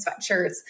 sweatshirts